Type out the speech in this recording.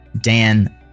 dan